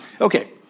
Okay